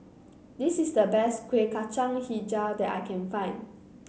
this is the best Kuih Kacang hijau that I can find